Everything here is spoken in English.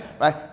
right